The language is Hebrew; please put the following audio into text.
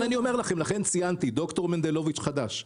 לכן ציינתי שד"ר מנדלוביץ הוא חדש בתפקיד.